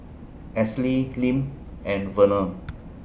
Esley Lim and Verner